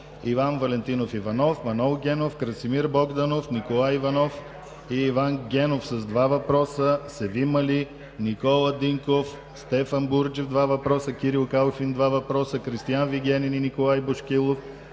Иван Валентинов Иванов; Манол Генов; Красимир Богданов; Николай Иванов и Иван Генов – два въпроса; Севим Али; Никола Динков; Стефан Бурджев – два въпроса; Кирил Калфин – два въпроса; Кристиан Вигенин и Николай Бошкилов;